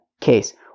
case